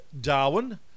Darwin